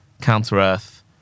counter-earth